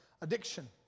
addiction